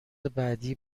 بعدی